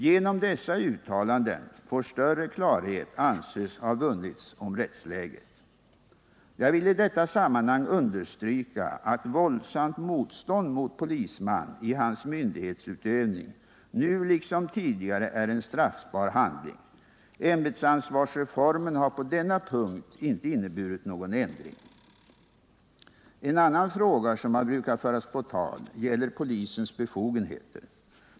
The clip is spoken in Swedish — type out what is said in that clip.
Genom dessa uttalanden får större klarhet anses ha vunnits om rättsläget. Jag vill i detta sammanhang understryka att våldsamt motstånd mot polisman i han myndighetsutövning nu liksom tidigare är en straffbar handling. Ämbetsansvarsreformen har på denna punkt inte inneburit någon ändring. En annan fråga som har brukat föras på tal gäller polisens befogenheter.